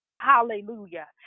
Hallelujah